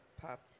pop